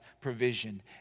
provision